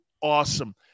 awesome